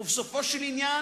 בסופו של עניין,